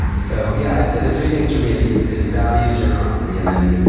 so, yeah, i'd say the three things for me is is values, generosity, and then,